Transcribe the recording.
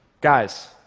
guys,